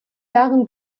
darin